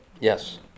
Yes